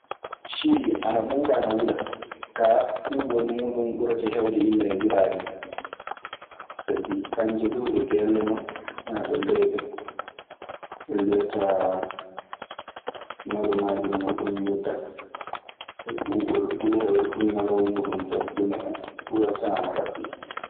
Cili ana ɓuuba ana wula, ka ɓubol mun dum ɓurata hewde illa e wulare mun. Sabi kanje duu ɗe gelle non, naa ɗe leyɗe ɗe mbiyataa ñalawmaaji muuɗun yo daɓɓi. Sabi ɓuuɓol ɗo ɓuri heewde fuu, ñalawmaa muuɗun dabbunde en, fuu a tawan ana raɓɓiɗi.